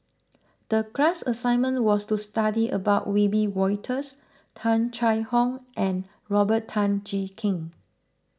the class assignment was to study about Wiebe Wolters Tung Chye Hong and Robert Tan Jee Keng